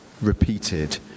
repeated